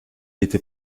était